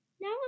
Now